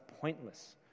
pointless